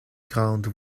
grandes